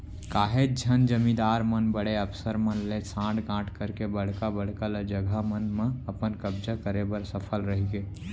काहेच झन जमींदार मन बड़े अफसर मन ले सांठ गॉंठ करके बड़का बड़का ल जघा मन म अपन कब्जा करे बर सफल रहिगे